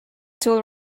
tool